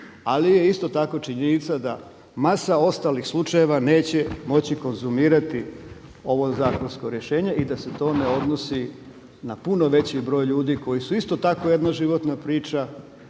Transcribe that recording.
Ali je isto tako činjenica da masa ostalih slučajeva neće moći konzumirati ovo zakonsko rješenje i da se to ne odnosi na puno veći broj ljudi koji su isto tako jedna životna priča